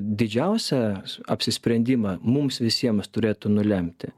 didžiausią apsisprendimą mums visiems turėtų nulemti